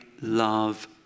love